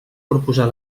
proposar